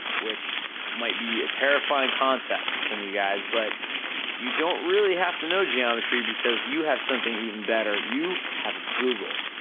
which might be a terrifying concept for some of you guys, but you don't really have to know geometry because you have something even better, you have google,